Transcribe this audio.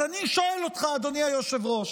אז אני שואל אותך, אדוני היושב-ראש,